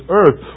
earth